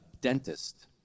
dentist